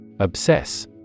Obsess